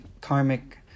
karmic